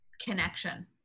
connection